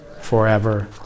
forever